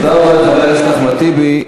תודה רבה לחבר הכנסת אחמד טיבי.